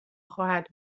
خواهد